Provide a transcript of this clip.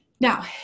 Now